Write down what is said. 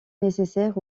nécessaire